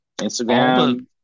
Instagram